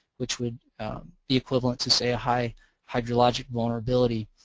which would equivalent to say high hydrologic vulnerability.